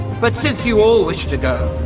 but since you all wish to go,